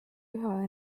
üha